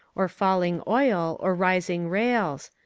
or falling oil, or rising rails.